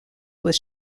with